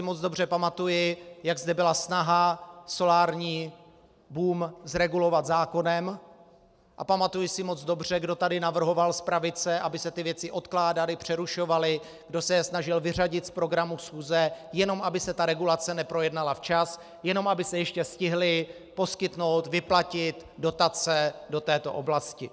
Moc dobře si pamatuji, jak zde byla snaha solární boom zregulovat zákonem, a pamatuji si moc dobře, kdo tady navrhoval z pravice, aby se ty věci odkládaly, přerušovaly, kdo se je snažil vyřadit z programu schůze, jenom aby se ta regulace neprojednala včas, jenom aby se ještě stihly poskytnout, vyplatit dotace do této oblasti.